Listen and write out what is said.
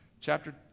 Chapter